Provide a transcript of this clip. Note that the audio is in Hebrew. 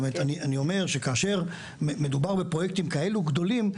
אני אומר שכאשר מדובר בפרויקטים כאלה גדולים,